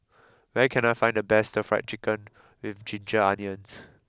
where can I find the best Stir Fried Chicken with Ginger onions